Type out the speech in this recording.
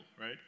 right